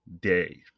day